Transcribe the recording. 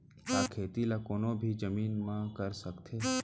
का खेती ला कोनो भी जमीन म कर सकथे?